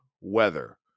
weather